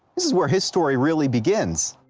this is where his story really begins.